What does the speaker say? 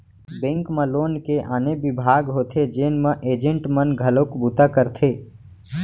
bank म loan के आने बिभाग होथे जेन म एजेंट मन घलोक बूता करथे